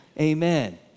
Amen